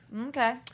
Okay